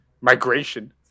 migration